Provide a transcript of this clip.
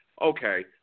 Okay